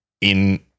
in-